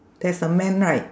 there's a man right